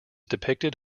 depicted